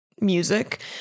music